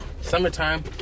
summertime